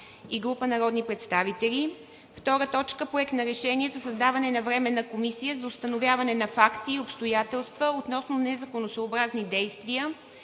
и група народни представители. 2. Проект на решение за създаване на Временна комисия за установяване на факти и обстоятелства относно незаконосъобразни действия